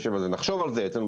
נחשוב על זה.